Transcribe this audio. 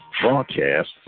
Broadcast